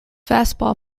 fastball